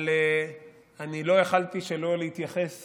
אבל אני לא יכולתי שלא להתייחס